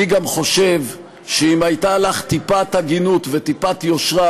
אני גם חושב שאם הייתה לך טיפת הגינות וטיפת יושרה,